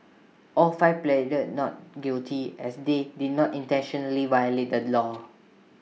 all five pleaded not guilty as they did not intentionally violate the law